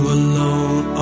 alone